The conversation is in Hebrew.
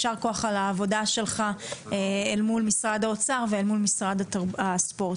יישר כוח על העבודה שלך אל מול משרד האוצר ואל מול משרד הספורט.